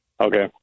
Okay